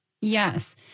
Yes